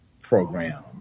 program